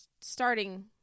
starting